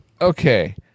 Okay